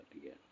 again